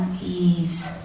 ease